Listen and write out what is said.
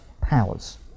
powers